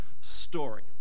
story